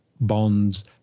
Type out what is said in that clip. bonds